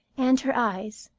and her eyes,